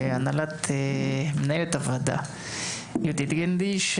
מנהלת הוועדה יהודית גידלי,